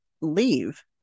leave